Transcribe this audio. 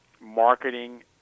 marketing